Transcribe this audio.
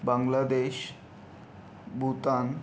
बांगला देश भूतान